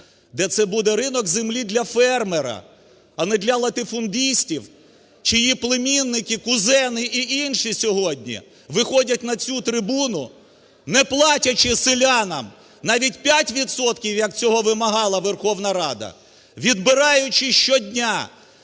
де це буде ринок землі для фермера, а не для латифундистів, чиї племінники, кузени і інші сьогодні виходять на цю трибуну, не платячи селянам навіть 5 відсотків, як цього вимагала Верховна Рада, відбираючи щодня